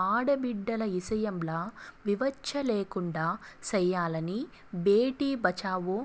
ఆడబిడ్డల ఇసయంల వివచ్చ లేకుండా సెయ్యాలని బేటి బచావో,